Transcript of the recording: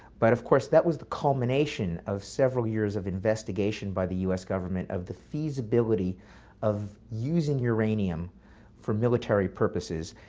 but of course, that was the culmination of several years of investigation by the u s. government of the feasibility of using uranium for military purposes,